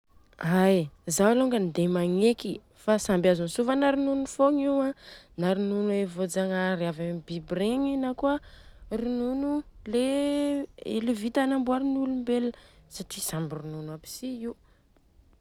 Ai. Zao lôngany dia magneky fa samby azo antsovana ronono fogna io a, na ronono voajagnahary avy amin'ny biby regny na kôa ronono le vita namboarn'olombelona, satria samby ronono aby si Io.